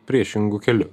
priešingu keliu